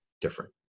different